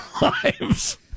lives